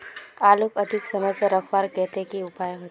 आलूक अधिक समय से रखवार केते की उपाय होचे?